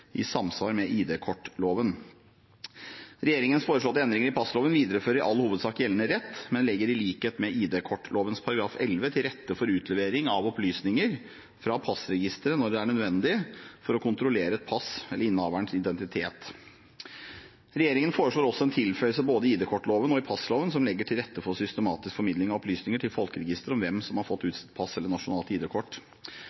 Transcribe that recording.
i samsvar med ID-kortloven. Regjeringens foreslåtte endringer i passloven viderefører i all hovedsak gjeldende rett, men legger i likhet med ID-kortloven § 11 til rette for utlevering av opplysninger fra passregisteret når det er nødvendig for å kontrollere et pass eller innehaverens identitet. Regjeringen foreslår også en tilføyelse både i ID-kortloven og i passloven som legger til rette for systematisk formidling av opplysninger til folkeregisteret om hvem som har fått